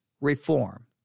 reform